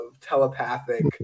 telepathic